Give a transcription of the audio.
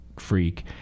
Freak